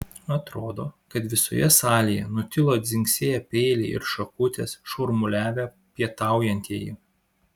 atrodo kad visoje salėje nutilo dzingsėję peiliai ir šakutės šurmuliavę pietaujantieji